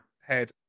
head